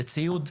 לציוד,